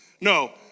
No